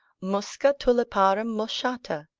musca tuliparum moschata,